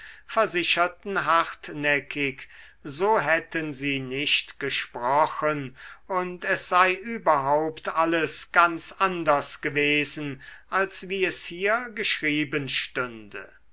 versicherten hartnäckig so hätten sie nicht gesprochen und es sei überhaupt alles ganz anders gewesen als wie es hier geschrieben stünde